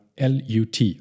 LUT